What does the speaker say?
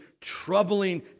troubling